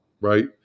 right